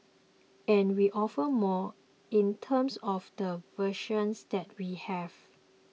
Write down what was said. and we offer more in terms of the version that we have